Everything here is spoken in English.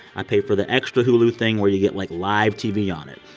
i pay for the extra hulu thing where you get, like, live tv on it.